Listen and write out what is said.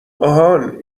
آهان